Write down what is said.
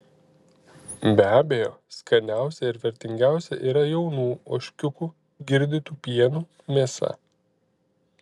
be abejo skaniausia ir vertingiausia yra jaunų ožkiukų girdytų pienu mėsa